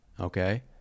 okay